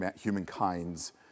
humankind's